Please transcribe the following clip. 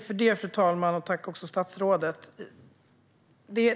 Fru talman! Tack, statsrådet!